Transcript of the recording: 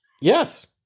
Yes